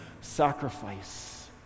sacrifice